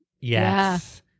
Yes